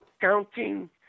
counting